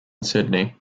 sydney